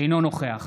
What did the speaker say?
אינו נוכח